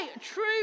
true